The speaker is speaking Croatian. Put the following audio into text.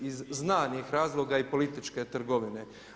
I znanih razloga i političke trgovine.